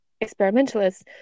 experimentalists